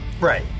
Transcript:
Right